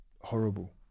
horrible